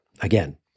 Again